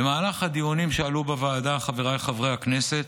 במהלך הדיונים שעלו בוועדה, חבריי חברי הכנסת,